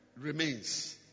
remains